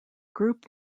group